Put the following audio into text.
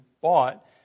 bought